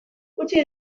gutxi